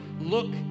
look